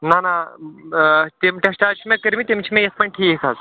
نہَ نہَ آ تَمِکۍ ٹیٚسٹ چھِ حظ مےٚ کٔرۍمٕتۍ تِم چھِ مےٚ یِتھٕ پٲٹھۍ ٹھیٖک حظ